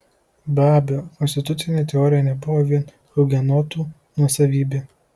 be abejo konstitucinė teorija nebuvo vien hugenotų nuosavybė